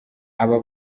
aba